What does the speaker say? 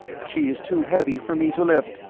she is too heavy for me to lift,